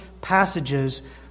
passages